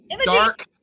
dark